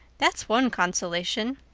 that's one consolation.